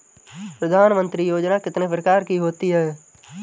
प्रधानमंत्री योजना कितने प्रकार की होती है?